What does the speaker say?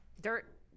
dirt